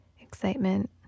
Excitement